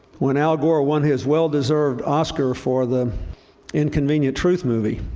when al gore won his well-deserved oscar for the inconvenient truth movie,